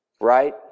right